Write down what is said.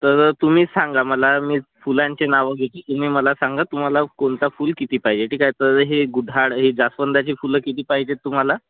तर तुम्ही सांगा मला मी फुलांची नावं घेतो तुम्ही मला सांगा तुम्हाला कोणता फूल किती पाहिजे ठीक आहे तर हे गुढाळ हे जास्वंदाची फुलं किती पाहिजेत तुम्हाला